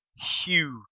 huge